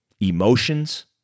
emotions